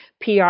PR